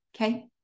Okay